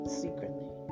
secretly